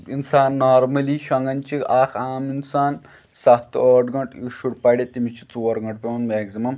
اِنسان نارمٔلی شۄنٛگان چھِ اَکھ عام اِنسان سَتھ تہٕ ٲٹھ گنٛٹہٕ یُس شُر پَرِ تٔمِس چھِ ژور گنٛٹہٕ پٮ۪وان مٮ۪کزِمَم